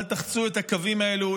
אל תחצו את הקווים האלה,